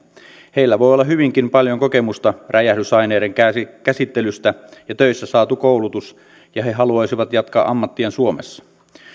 heillä voi olla hyvinkin paljon kokemusta räjähdysaineiden käsittelystä ja töissä saatu koulutus ja he haluaisivat jatkaa ammattiaan suomessa